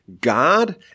God